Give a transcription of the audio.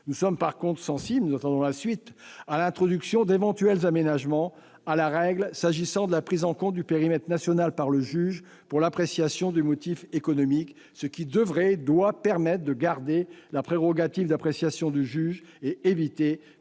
Nous sommes sensibles, en revanche- et nous attendons la suite !-, à l'introduction d'éventuels aménagements à la règle s'agissant de la prise en compte du périmètre national par le juge pour l'appréciation du motif économique, ce qui doit permettre de garder la prérogative d'appréciation du juge et d'éviter